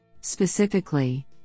Specifically